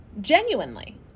Genuinely